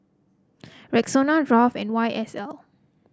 Rexona Kraft and Y S L